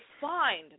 find